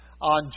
on